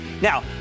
Now